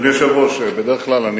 אומר שאתה אויב,